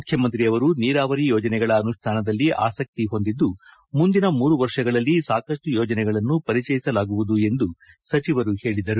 ಮುಖ್ಯಮಂತ್ರಿಯವರು ನೀರಾವರಿ ಯೋಜನೆಗಳ ಅನುಷ್ಠಾನದಲ್ಲಿ ಆಸಕ್ತಿ ಹೊಂದಿದ್ದು ಮುಂದಿನ ಮೂರು ವರ್ಷಗಳಲ್ಲಿ ಸಾಕಷ್ಟು ಯೋಜನೆಗಳನ್ನು ಪರಿಚಯಿಸಲಾಗುವುದು ಎಂದು ಸಚಿವರು ಹೇಳಿದರು